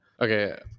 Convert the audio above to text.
okay